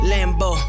Lambo